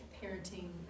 parenting